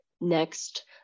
next